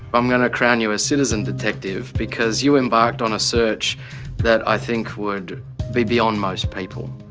but i'm going to crown you a citizen detective, because you embarked on a search that i think would be beyond most people.